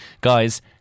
Guys